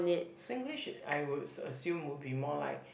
Singlish I would assume would be more like